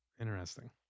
interesting